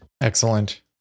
Excellent